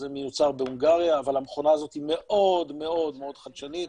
אז זה מיוצר בהונגריה אבל המכונה הזאת מאוד מאוד חדשנית,